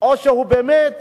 או שהוא באמת